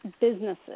businesses